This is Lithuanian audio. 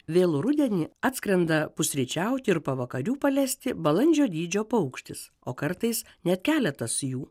vėlų rudenį atskrenda pusryčiauti ir pavakarių palesti balandžio dydžio paukštis o kartais net keletas jų